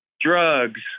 drugs